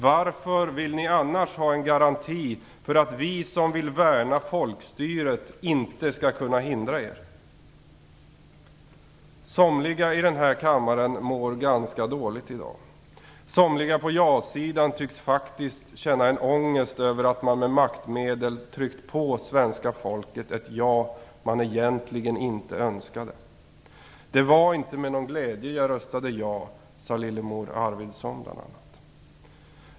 Varför vill ni annars ha en garanti för att vi som vill värna folkstyret inte skall kunna hindra er? Somliga i denna kammare mår ganska dåligt i dag. Somliga på ja-sidan tycks faktiskt känna ångest över att man med maktmedel har tryckt på svenska folket ett ja som egentligen inte önskades. Det var inte med glädje jag röstade jag, sade bl.a. Lillemor Arvidsson.